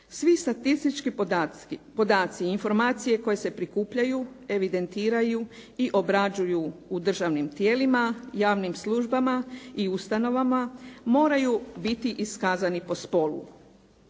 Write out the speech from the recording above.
Svi statistički podaci i informacije koje se prikupljaju, evidentiraju i obrađuju u državnim tijelima, javnim službama i ustanovama moraju biti iskazani po spolu.